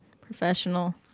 professional